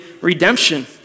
redemption